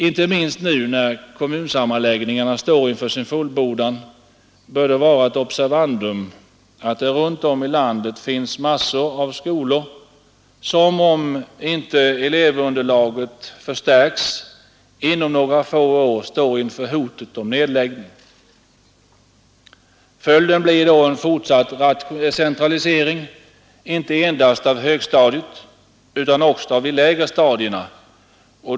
Inte minst nu när kommunsammanläggningarna står inför sin fullbordan bör det vara ett observandum att det runt om i landet finns massor av skolor som, om inte elevunderlaget förstärks inom några få år, står inför hotet om nedläggning. Följden blir då en fortsatt centralisering inte endast av högstadiet utan också av de lägre stadierna.